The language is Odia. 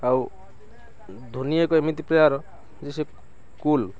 ଆଉ ଧୋନି ଏକ ଏମିତି ପ୍ଲେୟାର୍ ଯେ ସେ କୋଲ୍